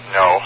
no